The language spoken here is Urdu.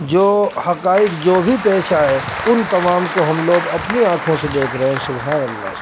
جو حقائق جو بھی پیش آئے ان تمام کو ہم لوگ اپنی آنکھوں سے دیکھ رہے سبحان اللہ